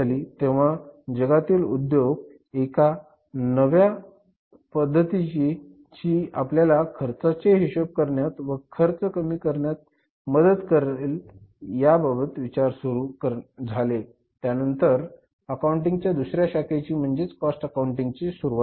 तेव्हा जगातील उद्योग एका नव्या पद्धतीची जी आपल्याला खर्चाचे हिशोब करण्यात व खर्च कमी करण्यास मदत करणे करेल याबाबत विचार करू लागले त्यातून अकाउंटिंग च्या दुसऱ्या शाखेची म्हणजेच कॉस्ट अकाउंटिंग ची सुरुवात झाली